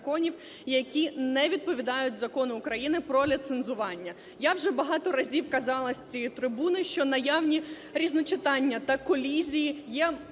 Дякую,